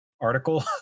article